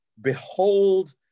Behold